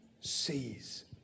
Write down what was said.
sees